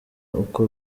uko